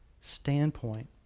standpoint